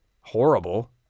horrible